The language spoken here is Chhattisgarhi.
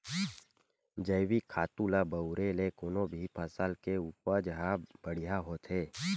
जइविक खातू ल बउरे ले कोनो भी फसल के उपज ह बड़िहा होथे